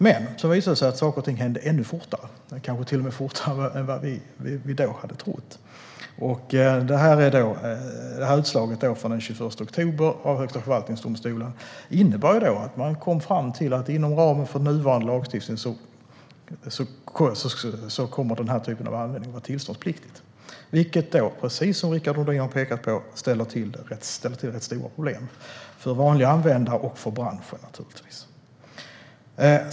Men det visade sig att saker och ting kan gå ännu fortare, kanske till och med fortare än vi då trodde. Utslaget från den 21 oktober i Högsta förvaltningsdomstolen innebär att man kom fram till att inom ramen för nuvarande lagstiftning kommer denna typ av användning att vara tillståndspliktig, vilket, precis som Rickard Nordin pekar på, ställer till rätt stora problem för vanliga användare och naturligtvis för branschen.